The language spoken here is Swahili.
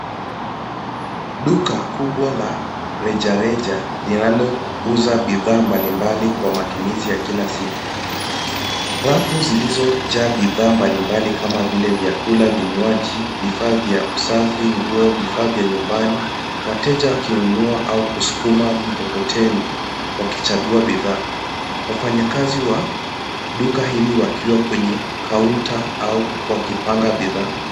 Duka kubwa la rejareja linalouza bidhaa mbali mbali kwa matumizi ya kila siku. Rafu zilizojaa bidhaa mbali mbali kama vile: vyakula, vinywaji, vifaa vya usafi, nguo, vifaa vya nyumbani, wateja wakinunua au kusukuma mikokoteni wakichagua bidhaa. Wafanyikazi wa duka hili wakiwa kwenye counter au wakipanga bidhaa.